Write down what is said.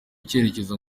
icyerekezo